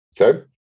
okay